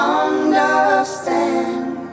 understand